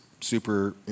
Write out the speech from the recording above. super